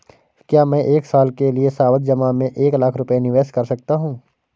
क्या मैं एक साल के लिए सावधि जमा में एक लाख रुपये निवेश कर सकता हूँ?